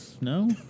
No